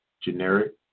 generic